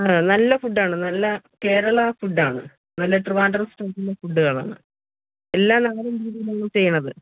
ആ നല്ല ഫുഡ്ഡാണ് നല്ല കേരള ഫുഡ്ഡാണ് നല്ല ട്രിവാൻഡ്രം സ്റ്റൈലിലെ ഫുഡ്ഡുകളാണ് എല്ലാം നമ്മളുടെ രീതിയിൽ തന്നെയാണ് ചെയ്യുന്നത്